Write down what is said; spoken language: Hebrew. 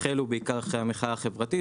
החלו בעיקר אחרי המחאה החברתית,